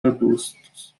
arbustos